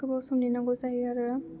गोबाव सम नेनांगौ जायो आरो